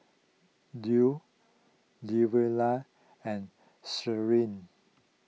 Lu Luverne and Shirlie